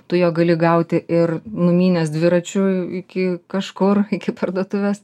tu jo gali gauti ir numynęs dviračiu iki kažkur iki parduotuvės